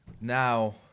Now